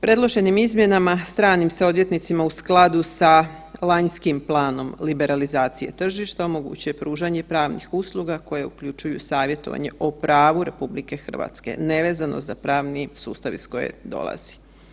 Predloženim izmjenama stranim se odvjetnicima u skladu sa lanjskim planom liberalizacije tržišta omogućuje pružanje pravnih usluga koje uključuju savjetovanje o pravu RH nevezano za pravni sustav iz kojeg dolazi.